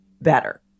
better